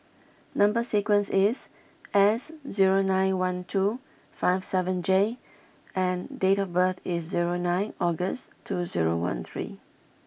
number sequence is S zero nine one two five seven J and date of birth is zero nine August two zero one three